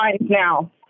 now